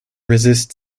resist